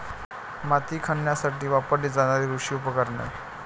माती खणण्यासाठी वापरली जाणारी कृषी उपकरणे